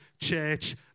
church